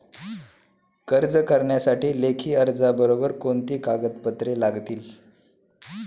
कर्ज करण्यासाठी लेखी अर्जाबरोबर कोणती कागदपत्रे लागतील?